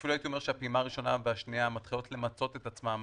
אפילו הייתי אומר שהפעימה הראשונה והשנייה מתחילות למצות את עצמן,